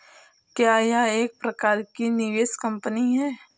क्या यह एक प्रकार की निवेश कंपनी है?